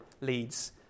leads